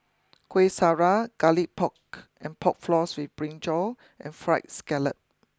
Kueh Syara Garlic Pork and Pork Floss with Brinjal and Fried Scallop